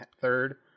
third